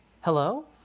Hello